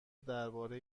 درباره